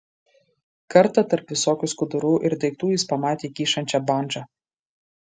kartą tarp visokių skudurų ir daiktų jis pamatė kyšančią bandžą